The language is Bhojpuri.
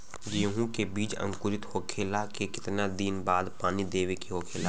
गेहूँ के बिज अंकुरित होखेला के कितना दिन बाद पानी देवे के होखेला?